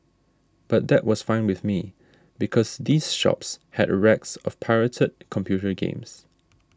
but that was fine with me because these shops had racks of pirated computer games